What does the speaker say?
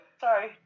Sorry